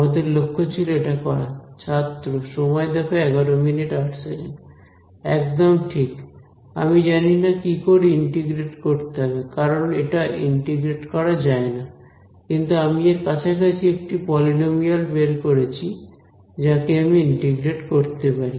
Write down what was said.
আমাদের লক্ষ্য ছিল এটা করা একদম ঠিক আমি জানিনা কি করে ইন্টিগ্রেট করতে হবে কারণ এটা ইন্টিগ্রেট করা যায় না কিন্তু আমি এর কাছাকাছি একটি পলিনোমিয়াল বের করছি যাকে আমি ইন্টিগ্রেট করতে পারি